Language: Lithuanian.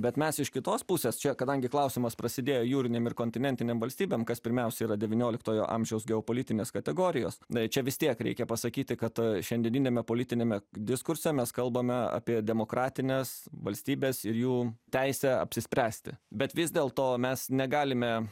bet mes iš kitos pusės čia kadangi klausimas prasidėjo jūriniam ir kontinentiniam valstybėm kas pirmiausia yra devynioliktojo amžiaus geopolitinės kategorijos na čia vis tiek reikia pasakyti kad šiandieniniame politiniame diskurse mes kalbame apie demokratines valstybes ir jų teisę apsispręsti bet vis dėl to mes negalime